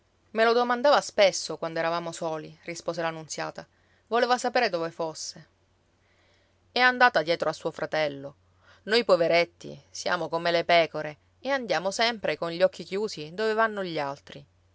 me lo domandava spesso quando eravamo soli rispose la nunziata voleva sapere dove fosse è andata dietro a suo fratello noi poveretti siamo come le pecore e andiamo sempre con gli occhi chiusi dove vanno gli altri